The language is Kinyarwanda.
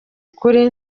ukuri